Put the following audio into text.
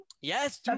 Yes